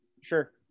sure